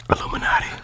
Illuminati